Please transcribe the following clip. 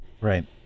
Right